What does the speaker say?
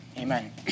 Amen